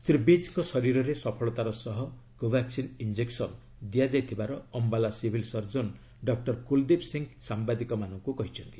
ଶ୍ରୀ ବିଜ୍ଙ୍କ ଶରୀରରେ ସଫଳତାର ସହ କୋଭାକ୍ସିନ୍ ଇଞ୍ଜେକ୍ସନ୍ ଦିଆଯାଇଥିବାର Ambala civil surgeon doctor Kuldeep Singh ସାମ୍ଘାଦିକ ମାନଙ୍କ କହିଛନ୍ତି